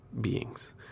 beings